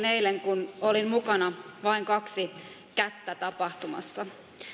eilen kun olin mukana vain kaksi kättä tapahtumassa